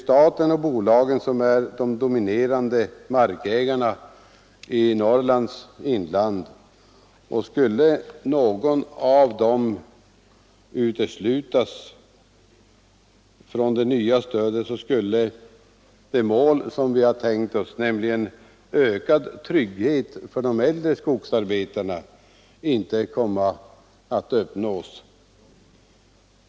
Staten och bolagen är de dominerande markägarna i Norrlands inland, och skulle någon av dessa uteslutas från det nya stödet skulle det mål som vi har tänkt oss, nämligen ökad trygghet för de äldre skogsarbetarna, inte kunna uppnås.